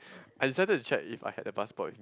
and it seldom is checked if I had the passport already